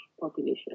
population